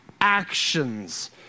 actions